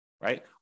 right